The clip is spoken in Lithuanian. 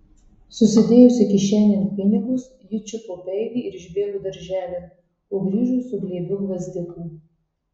susidėjusi kišenėn pinigus ji čiupo peilį ir išbėgo darželin o grįžo su glėbiu gvazdikų